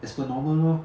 as per normal lor